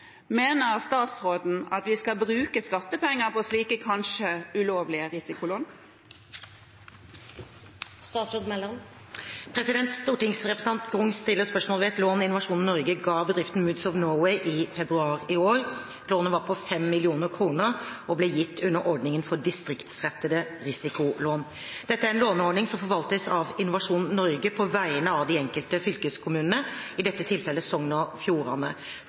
Mener statsråden at vi skal bruke offentlige skattepenger på slike, kanskje ulovlige, risikolån?» Stortingsrepresentant Grung stiller spørsmål om et lån Innovasjon Norge ga til bedriften Moods of Norway i februar i år. Lånet var på 5 mill. kr og ble gitt under ordningen for distriktsrettede risikolån. Dette er en låneordning som forvaltes av Innovasjon Norge på vegne av de enkelte fylkeskommunene, i dette tilfellet Sogn og Fjordane.